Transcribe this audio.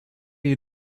you